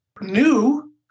New